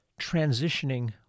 transitioning